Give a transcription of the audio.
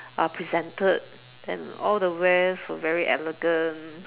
uh presented and all the wares were very elegant